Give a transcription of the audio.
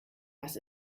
was